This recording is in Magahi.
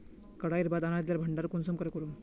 कटाईर बाद अनाज लार भण्डार कुंसम करे करूम?